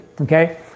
Okay